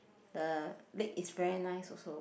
the lake is very nice also